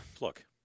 look